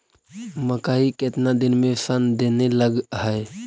मकइ केतना दिन में शन देने लग है?